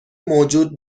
موجود